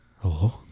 hello